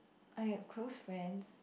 I had close friends